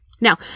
Now